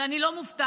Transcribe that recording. אבל אני לא מופתעת,